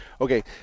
Okay